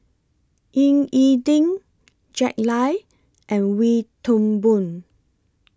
Ying E Ding Jack Lai and Wee Toon Boon